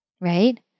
right